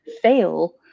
fail